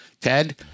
Ted